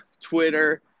Twitter